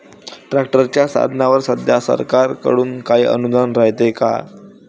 ट्रॅक्टरच्या साधनाईवर सध्या सरकार कडून काही अनुदान रायते का?